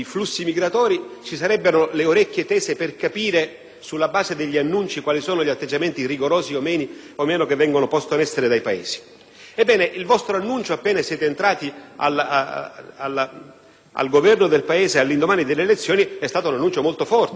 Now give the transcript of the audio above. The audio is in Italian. i flussi migratori, quali sono gli atteggiamenti rigorosi o meno che vengono posti in essere dai Paesi. Ebbene, il vostro annuncio appena siete andati al Governo del Paese all'indomani delle elezioni è stato molto forte; avete usato espressioni molto dure.